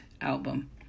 album